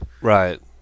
Right